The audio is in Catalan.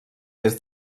est